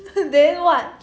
then what